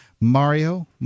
Mario